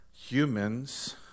Humans